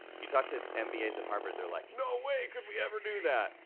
you talk to mba's at harvard, they're like, noway could we ever do that!